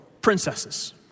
princesses